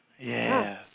yes